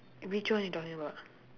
which one you talking about